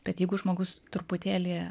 bet jeigu žmogus truputėlį